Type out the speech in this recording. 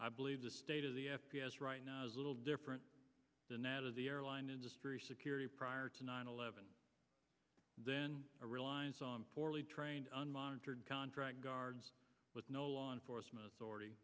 i believe the state of the f p s right now is little different than that of the airline industry security prior to nine eleven then a reliance on poorly trained unmonitored contract guards with no law enforcement authority